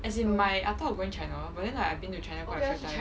as in my I thought of going china but then like I've been to china quite a few times